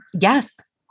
Yes